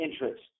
interest